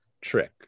trick